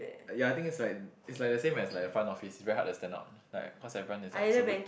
ya I think is like is like the same as like front office very hard to stand out like cause everyone is like so good